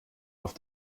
auf